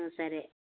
సరే